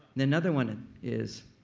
another one and is,